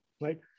right